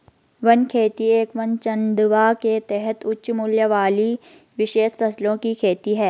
one खेती एक वन चंदवा के तहत उच्च मूल्य वाली विशेष फसलों की खेती है